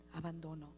abandono